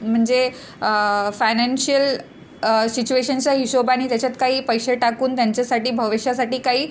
म्हणजे फायनॅन्शियल सिच्युएशनच्या हिशोबाने त्याच्यात काही पैसे टाकून त्यांच्यासाठी भविष्यासाठी काही